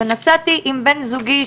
ונסעתי עם בן זוגי,